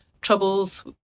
troubles